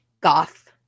goth